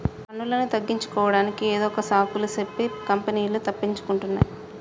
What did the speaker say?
పన్నులను తగ్గించుకోడానికి ఏదొక సాకులు సెప్పి కంపెనీలు తప్పించుకుంటున్నాయ్